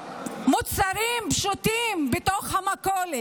מוצרים פשוטים במכולת.